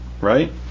right